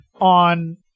on